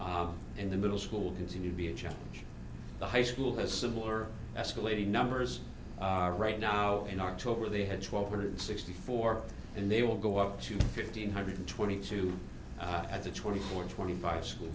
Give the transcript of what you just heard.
and the middle school didn't seem to be a challenge the high school has similar escalating numbers right now in october they had twelve hundred sixty four and they will go up to fifteen hundred twenty two at the twenty four twenty five school